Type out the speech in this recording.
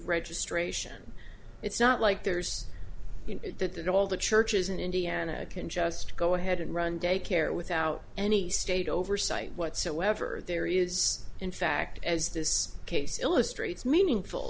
registration it's not like there's that that all the churches in indiana can just go ahead and run day care without any state oversight whatsoever there is in fact as this case illustrates meaningful